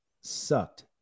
Sucked